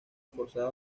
forzados